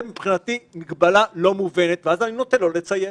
זו מבחינתי מגבלה לא מובנת ואז אני נוטה לא לציית,